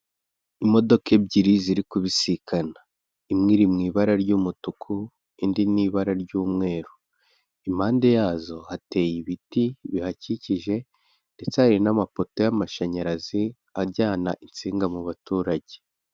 Imodoka ebyiri ziri kubisikana, imwe iri mu ibara ry'umutuku indi mu ibara ry'umweru, impande yazo hateye ibiti bihakikije ndetse hari n'amapoto y'amashanyarazi ajyana insinga mu baturage.